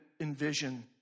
envision